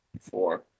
Four